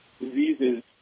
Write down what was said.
diseases